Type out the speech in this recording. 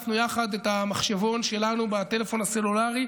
שלפנו יחד את המחשבון שלנו בטלפון הסלולרי,